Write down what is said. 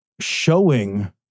showing